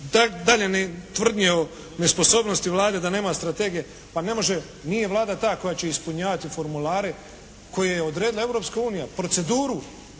Dalje ni tvrdnje o nesposobnosti Vlade da nema strategije, pa ne može, nije Vlada ta koja će ispunjavati formulare koje je odredila Europska